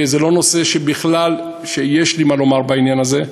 זה לא נושא שבכלל יש לי מה לומר, בעניין הזה.